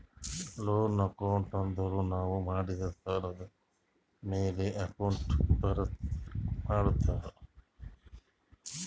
loan account ಅಂದುರ್ ನಾವು ಮಾಡಿದ್ ಸಾಲದ್ ಮ್ಯಾಲ ಅಕೌಂಟ್ ಮಾಡ್ತಾರ್